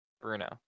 Bruno